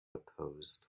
opposed